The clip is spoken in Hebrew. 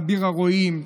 אביר הרועים,